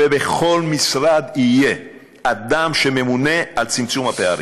ובכל משרד יהיה אדם שממונה על צמצום הפערים,